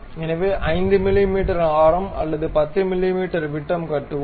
எனவே 5 மிமீ ஆரம் அல்லது 10 மிமீ விட்டம் கட்டுவோம்